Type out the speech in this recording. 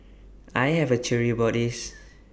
I have A theory about this